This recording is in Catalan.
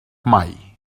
mai